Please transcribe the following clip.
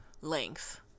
length